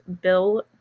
Bill